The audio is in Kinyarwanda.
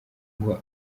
ngo